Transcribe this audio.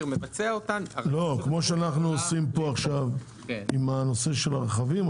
מבצע אותם --- כמו שאנחנו עושים עכשיו עם הנושא של הרכבים,